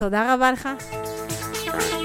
תודה רבה לך